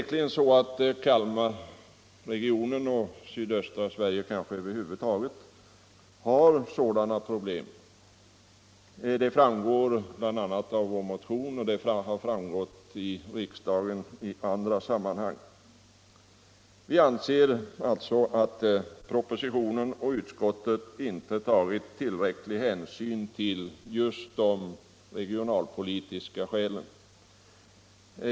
Kalmarregionen, och kanske sydöstra Sverige över huvud taget, har onekligen sådana problem. Det framgår bl.a. av vår motion och det har framgått i riksdagen i andra sammanhang. Vi anser alltså att propositionen och utskottet inte har tagit tillräcklig hänsyn till just de regionalpolitiska skälen.